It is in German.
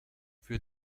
für